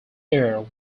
air